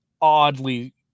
oddly